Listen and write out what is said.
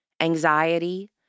anxiety